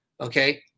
okay